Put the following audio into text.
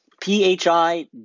P-H-I